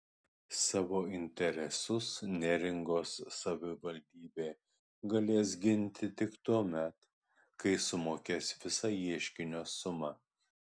savo interesus neringos savivaldybė galės ginti tik tuomet kai sumokės visą ieškinio sumą